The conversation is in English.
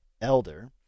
elder